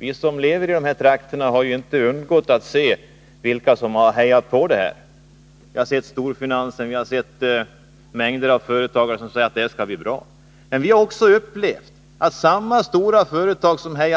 Vi som lever i dessa trakter har inte kunnat undgå att märka vilka som har hejat på det här förslaget om olympiska spel i Sverige. Vi har hört storfinansen och mängder av företagare säga att det skulle vara bra. Men vi har också upplevt att samma stora företag som här